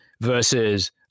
versus